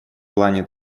плане